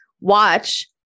watch